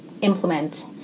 implement